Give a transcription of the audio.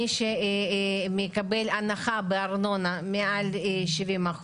מי שמקבל הנחה בארנונה מעל 70%,